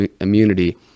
immunity